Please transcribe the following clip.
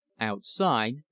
outside